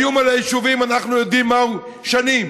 האיום על היישובים, אנחנו יודעים מהו שנים.